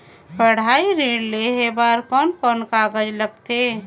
पढ़ाई ऋण लेहे बार कोन कोन कागज लगथे?